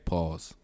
Pause